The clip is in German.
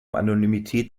anonymität